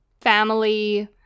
family